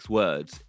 words